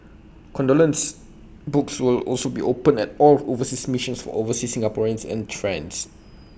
condolence books will also be opened at all overseas missions for overseas Singaporeans and trends